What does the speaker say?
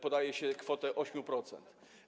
Podaje się kwotę 8%.